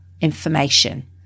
information